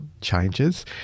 changes